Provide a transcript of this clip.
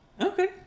Okay